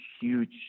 huge